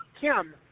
Kim